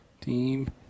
Team